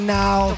now